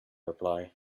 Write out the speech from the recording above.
reply